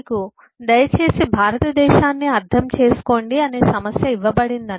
మీకు దయచేసి భారతదేశాన్ని అర్థం చేసుకోండి అనే సమస్య ఇవ్వబడింది